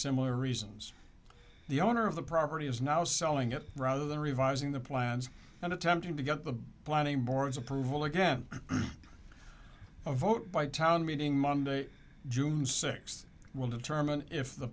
similar reasons the owner of the property is now selling it rather than revising the plans and attempting to get the planning boards approval again a vote by town meeting monday june sixth will determine if the